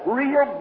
real